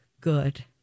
good